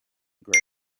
grape